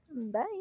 Bye